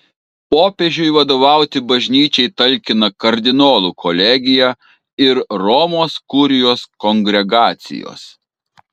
popiežiui vadovauti bažnyčiai talkina kardinolų kolegija ir romos kurijos kongregacijos